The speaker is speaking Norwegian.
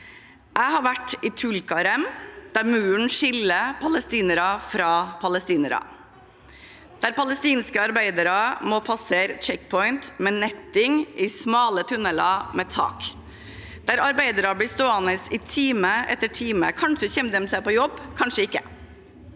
Jeg har vært i Tulkarm, der muren skiller israelere fra palestinere, der palestinske arbeidere må passere «check point» med netting i smale tunneler med tak, der arbeidere blir stående i time etter time. Kanskje kommer de seg på jobb, kanskje ikke.